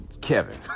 Kevin